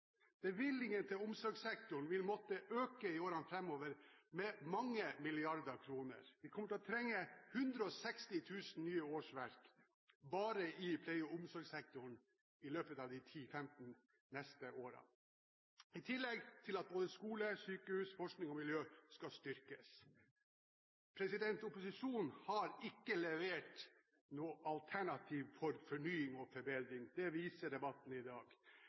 Bevilgningene til omsorgssektoren vil måtte øke med mange milliarder kroner i årene framover. Vi kommer til å trenge 160 000 nye årsverk bare i pleie- og omsorgssektoren i løpet av de neste 10–15 årene, i tillegg til at både områdene skole, sykehus, forskning og miljø skal styrkes. Opposisjonen har ikke levert noe alternativ for fornying og forbedring. Det viser debatten i dag.